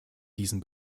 diesem